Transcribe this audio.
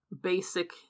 basic